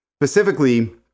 Specifically